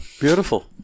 Beautiful